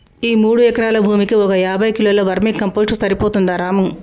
ఈ మూడు ఎకరాల భూమికి ఒక యాభై కిలోల వర్మీ కంపోస్ట్ సరిపోతుందా రాము